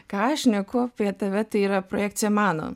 ką aš šneku apie tave tai yra projekcija mano